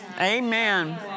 Amen